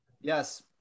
Yes